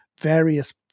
various